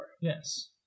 Yes